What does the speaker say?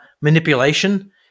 manipulation